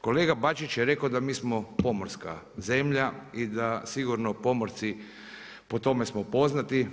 Kolega Bačić je rekao da mi smo pomorska zemlja i da sigurno pomorci po tome smo poznati.